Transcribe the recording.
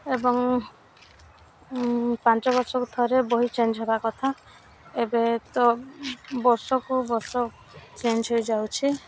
ଏବଂ ପାଞ୍ଚ ବର୍ଷକୁ ଥରେ ବହି ଚେଞ୍ଜ ହେବା କଥା ଏବେ ତ ବର୍ଷକୁ ବର୍ଷ ଚେଞ୍ଜ ହେଇଯାଉଛି